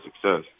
success